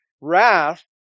wrath